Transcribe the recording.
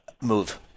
move